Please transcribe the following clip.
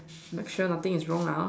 make sure nothing is wrong lah hor